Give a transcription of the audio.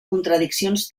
contradiccions